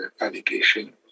allegation